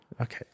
Okay